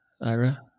Ira